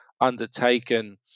undertaken